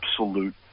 absolute